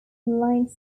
joondalup